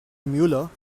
müller